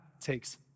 takes